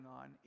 on